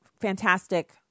fantastic